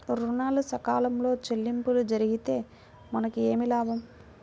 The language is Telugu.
ఋణాలు సకాలంలో చెల్లింపు జరిగితే మనకు ఏమి లాభం?